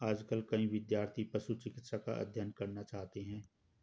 आजकल कई विद्यार्थी पशु चिकित्सा का अध्ययन करना चाहते हैं